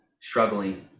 struggling